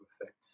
effect